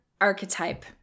archetype